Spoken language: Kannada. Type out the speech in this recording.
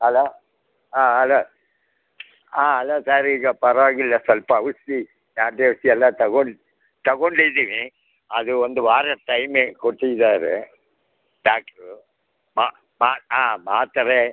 ಹಲೋ ಹಾಂ ಹಲೋ ಹಾಂ ಅಲೋ ಸರ್ ಈಗ ಪರವಾಗಿಲ್ಲ ಸ್ವಲ್ಪ ಔಷಧಿ ನಾಟಿ ಔಷಧಿ ಎಲ್ಲ ತಗೋ ತಗೊಂಡಿದ್ದೀನಿ ಅದು ಒಂದು ವಾರ ಟೈಮೆ ಕೊಟ್ಟಿದ್ದಾರೆ ಡಾಕ್ಟ್ರು ಮಾ ಮಾ ಹಾಂ ಮಾತ್ರೆ